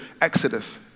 Exodus